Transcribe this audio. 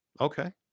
Okay